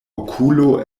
okulo